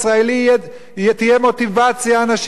תהיה מוטיבציה, אנשים ירצו ללכת.